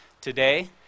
today